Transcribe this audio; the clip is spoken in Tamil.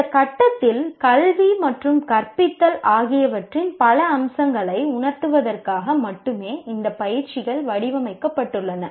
இந்த கட்டத்தில் கல்வி மற்றும் கற்பித்தல் ஆகியவற்றின் பல அம்சங்களை உணர்த்துவதற்காக மட்டுமே இந்த பயிற்சிகள் வடிவமைக்கப்பட்டுள்ளன